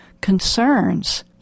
concerns